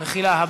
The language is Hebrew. סליחה, מחילה.